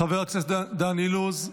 -- מוותר, חבר הכנסת דן אילוז,